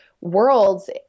worlds